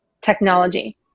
technology